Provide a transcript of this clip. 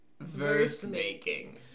verse-making